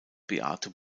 beate